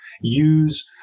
use